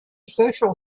social